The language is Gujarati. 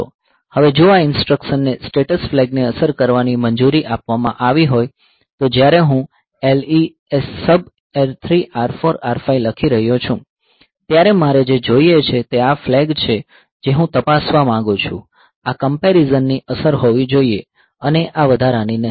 હવે જો આ ઇન્સટ્રકશનને સ્ટેટસ ફ્લેગ ને અસર કરવાની મંજૂરી આપવામાં આવી હોય તો જ્યારે હું LESUB R3 R4 R5 લખી રહ્યો છું ત્યારે મારે જે જોઈએ છે તે આ ફ્લેગ છે જે હું તપાસવા માંગુ છું આ કંપેરીઝનની અસર હોવી જોઈએ અને આ વધારાની નહીં